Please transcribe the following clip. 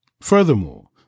Furthermore